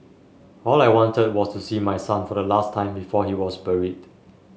all I wanted was to see my son for the last time before he was buried